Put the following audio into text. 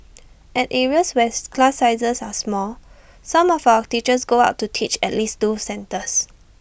at areas where class sizes are small some of our teachers go out to teach at least two centres